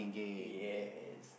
yes